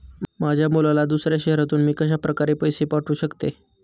माझ्या मुलाला दुसऱ्या शहरातून मी कशाप्रकारे पैसे पाठवू शकते?